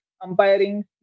umpiring